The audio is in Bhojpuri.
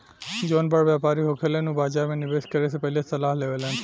जौन बड़ व्यापारी होखेलन उ बाजार में निवेस करे से पहिले सलाह लेवेलन